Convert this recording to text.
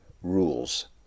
Rules